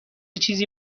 چیزی